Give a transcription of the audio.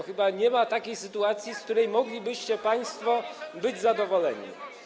Chyba nie ma takiej sytuacji, z której moglibyście państwo być zadowoleni.